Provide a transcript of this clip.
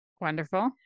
Wonderful